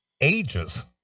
ages